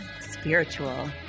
Spiritual